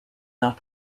not